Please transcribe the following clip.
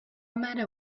matter